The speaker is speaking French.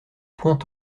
point